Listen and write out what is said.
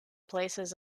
places